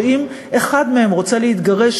שאם אחד מהם רוצה להתגרש,